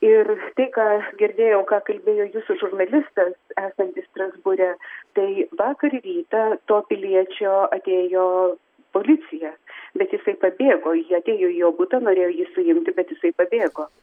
ir tai ką girdėjau ką kalbėjo jūsų žurnalistas esantis strasbūre tai vakar rytą to piliečio atėjo policija bet jisai pabėgo jie atėjo į jo butą norėjo jį suimti bet jisai pabėgo